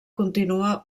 continua